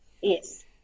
Yes